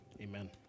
Amen